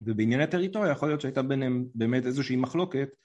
ובעניין הטריטוריה יכול להיות שהייתה ביניהם באמת איזושהי מחלוקת